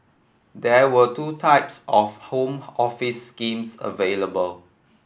there were two types of Home Office schemes available